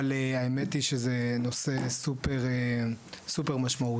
אבל האמת היא שזה נושא סופר משמעותי,